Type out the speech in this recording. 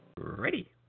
Ready